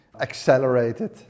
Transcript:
accelerated